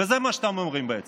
זה מה שאתם אומרים, בעצם.